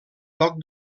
toc